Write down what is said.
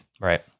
Right